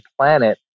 planet